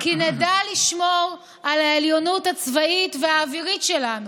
כי נדע לשמור על העליוניות הצבאית והאווירית שלנו.